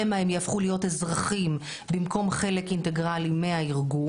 שמא הם יהפכו להיות אזרחים במקום חלק אינטגרלי מהארגון.